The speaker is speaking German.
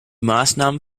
maßnahmen